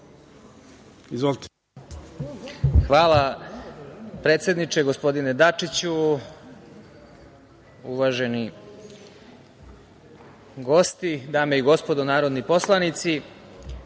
Hvala, predsedniče, gospodine Dačiću. Uvaženi gosti, Dame i gospodo narodni poslanici,